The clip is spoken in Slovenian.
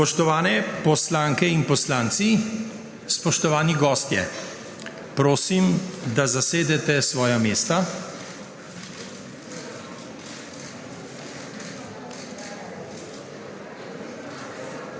Spoštovani poslanke in poslanci, spoštovani gostje! Prosim, da zasedete svoja mesta.